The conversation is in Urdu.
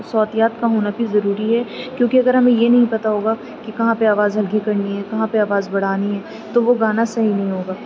صوتیات کا ہونا بھی ضروری ہے کیونکہ اگر ہمیں یہ نہیں پتہ ہوگا کہ کہاں پہ آواز ہلکی کرنی ہے کہاں پہ آواز بڑھانی ہے تو وہ گانا صحیح نہیں ہوگا